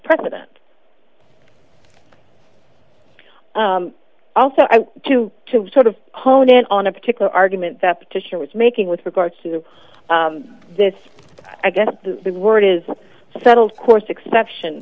precedent also to sort of hone in on a particular argument that petition was making with regard to this i guess the word is settled course exception